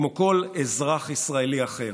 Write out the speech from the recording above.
כמו כל אזרח ישראלי אחר.